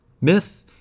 Myth